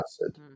acid